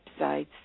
websites